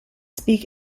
speak